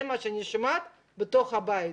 זה מה שאני שומעת בתוך הבית.